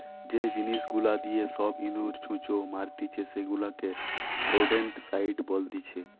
যে জিনিস গুলা দিয়ে সব ইঁদুর, ছুঁচো মারতিছে সেগুলাকে রোডেন্টসাইড বলতিছে